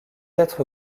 être